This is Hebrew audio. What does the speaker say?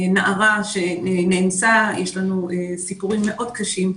נערה שנאנסה, יש לנו סיפורים מאוד קשים.